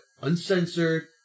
uncensored